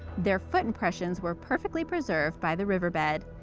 their foot impressions were perfectly preserved by the river bed.